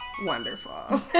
wonderful